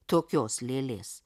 tokios lėlės